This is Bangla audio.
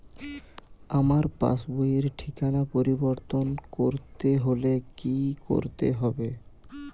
আমার পাসবই র ঠিকানা পরিবর্তন করতে হলে কী করতে হবে?